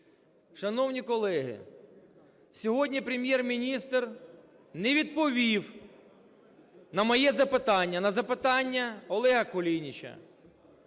Шановні колеги, сьогодні Прем'єр-міністр не відповів на моє запитання, на запитання Олега Кулініча: